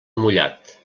mullat